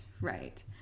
right